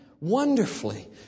Wonderfully